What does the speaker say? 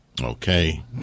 Okay